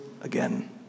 again